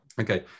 Okay